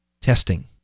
Testing